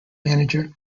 manager